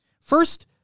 First